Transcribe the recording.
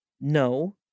No